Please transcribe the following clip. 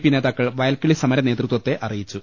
P നേതാക്കൾ വയൽക്കിളി സമര നേതൃത്വത്തെ അറിയിച്ചു